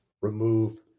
remove